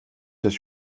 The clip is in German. sich